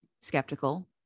skeptical